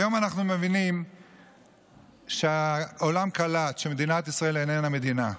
היום אנחנו מבינים שהעולם קלט שמדינת ישראל איננה מדינה,